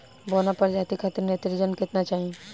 बौना प्रजाति खातिर नेत्रजन केतना चाही?